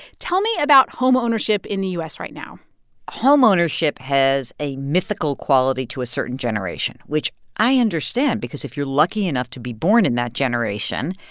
tell me about homeownership in the u s. right now homeownership has a mythical quality to a certain generation, which i understand because if you're lucky enough to be born in that generation,